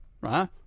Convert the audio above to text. right